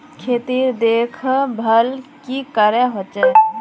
खेतीर देखभल की करे होचे?